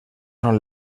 són